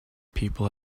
people